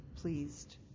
pleased